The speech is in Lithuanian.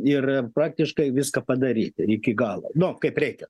ir praktiškai viską padaryti iki galo nu kaip reikia